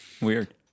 weird